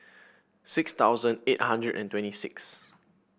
six thousand eight hundred and twenty six